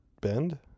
bend